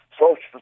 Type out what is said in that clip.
Social